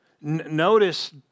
Notice